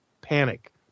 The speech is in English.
panic